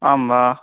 आं वा